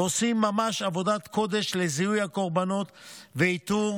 ועושים ממש עבודת קודש לזיהוי הקורבנות ואיתור